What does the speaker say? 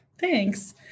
thanks